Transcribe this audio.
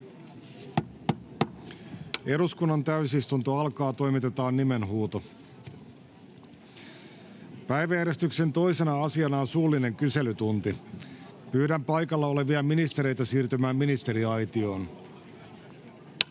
Suullinen kyselytunti Time: N/A Content: Päiväjärjestyksen 2. asiana on suullinen kyselytunti. Pyydän paikalla olevia ministereitä siirtymään ministeriaitioon.